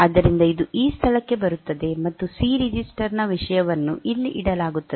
ಆದ್ದರಿಂದ ಇದು ಈ ಸ್ಥಳಕ್ಕೆ ಬರುತ್ತದೆ ಮತ್ತು ಸಿ ರಿಜಿಸ್ಟರ್ ನ ವಿಷಯವನ್ನು ಇಲ್ಲಿ ಇಡಲಾಗುತ್ತದೆ